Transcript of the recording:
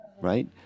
right